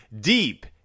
Deep